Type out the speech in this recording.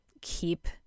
keep